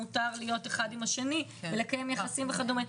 מותר להיות אחד עם השני ולקיים יחסים וכדומה.